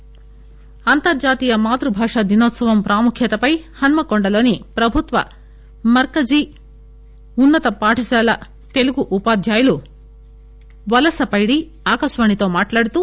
మాతృభాష వరంగల్ బైట్ అంతర్జాతీయ మాతృభాష దినోత్సవం ప్రాముఖ్యతపై హన్మకొండ లోని ప్రభుత్వ మర్కజి ఉన్నత పాఠశాల తెలుగు ఉపాధ్యాయుడు వలసపైడి ఆకాశవాణితో మాట్లాడుతూ